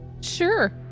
Sure